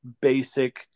basic